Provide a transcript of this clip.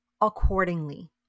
accordingly